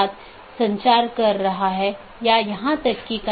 जैसा कि हमने पहले उल्लेख किया है कि विभिन्न प्रकार के BGP पैकेट हैं